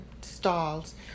stalls